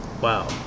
Wow